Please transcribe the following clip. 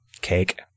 cake